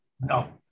no